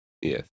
Yes